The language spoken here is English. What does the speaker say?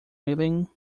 willing